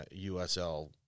USL